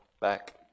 back